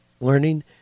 learning